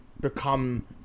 become